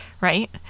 right